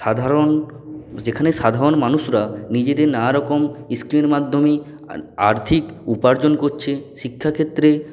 সাধারণ যেখানে সাধারণ মানুষরা নিজেদের নানারকম ইস্কিমের মাধ্যমেই আর্থিক উপার্জন করছে শিক্ষা ক্ষেত্রে